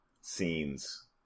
scenes